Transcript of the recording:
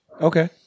Okay